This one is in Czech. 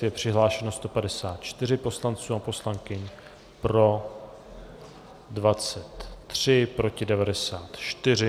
Je přihlášeno 154 poslanců a poslankyň, pro 23, proti 94.